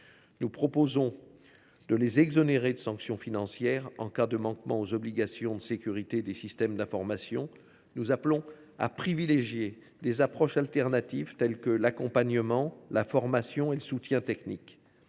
Nous proposons de les exonérer de sanctions financières en cas de manquement aux obligations de sécurisation des systèmes d’information. Nous appelons à privilégier des approches alternatives, telles que l’accompagnement, la formation et le soutien technique.